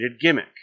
gimmick